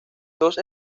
dos